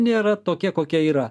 nėra tokie kokie yra